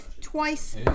twice